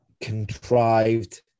contrived